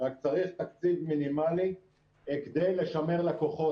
רק צריך תקציב מינימלי כדי לשמר לקוחות.